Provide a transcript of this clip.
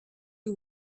who